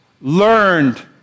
learned